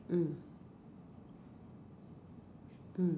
mm mm